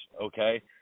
okay